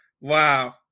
Wow